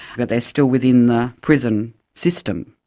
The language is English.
but they're still within the prison system?